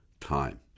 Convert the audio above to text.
time